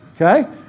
okay